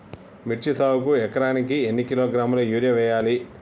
మిర్చి సాగుకు ఎకరానికి ఎన్ని కిలోగ్రాముల యూరియా వేయాలి?